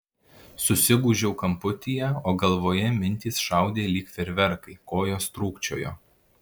susigūžiau kamputyje o galvoje mintys šaudė lyg fejerverkai kojos trūkčiojo